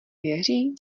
věří